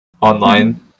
online